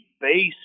base